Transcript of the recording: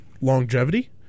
longevity